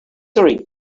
already